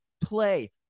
play